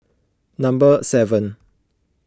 number seven